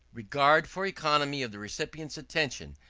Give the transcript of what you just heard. regard for economy of the recipient's attention,